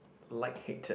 light headed